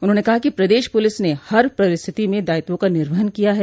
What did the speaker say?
उन्होंने कहा कि प्रदेश पुलिस ने हर परिस्थिति में दायित्वों का निर्वहन किया है